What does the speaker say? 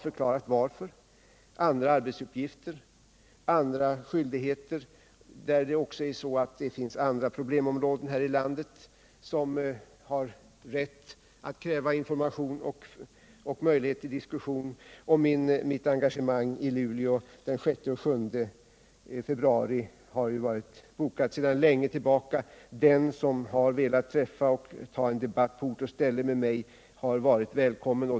Det var andra arbetsuppgifter, andra skyldigheter som hindrade mig. Det finns nämligen andra problemområden här i landet som också har rätt att kräva information och möjlighet till diskussion. Mitt engagemang i Luleå den 6 och 7 februari hade varit bokat sedan lång tid. Den som velat träffa och ta debatt med mig på ort och ställe har varit välkommen.